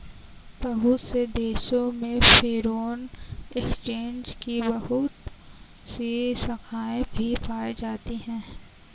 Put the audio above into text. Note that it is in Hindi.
बहुत से देशों में फ़ोरेन एक्सचेंज की बहुत सी शाखायें भी पाई जाती हैं